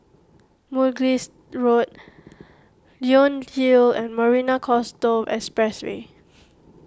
Mugliston Road Leonie Hill and Marina Coastal Expressway